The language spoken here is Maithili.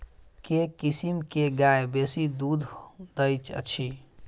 केँ किसिम केँ गाय बेसी दुध दइ अछि?